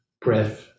breath